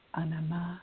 anama